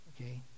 okay